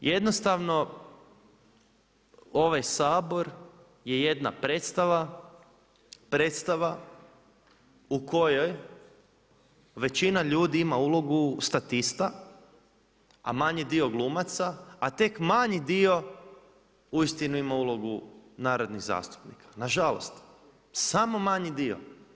Jednostavno ovaj Sabor je jedna predstava, predstava u kojoj većina ljudi ima ulogu statista, a manji dio glumaca, a tek manji dio uistinu ima ulogu narodnih zastupnika, nažalost samo manji dio.